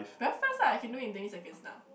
very fast lah if I can do it in twenty seconds now